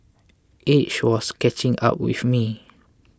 age was catching up with me